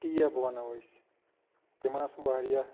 ٹیب وَنو أسۍ تِم آسہٕ واریاہ